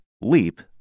Leap